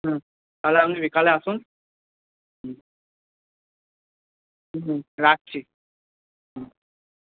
হুম তাহলে আপনি বিকালে আসুন হুম হুম রাখছি হুম